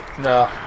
No